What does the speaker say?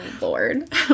Lord